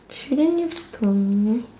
shouldn't you've told me